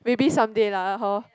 maybe someday lah hor